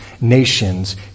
nations